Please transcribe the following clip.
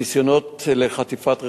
ניסיונות לחטיפת רכבים.